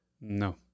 No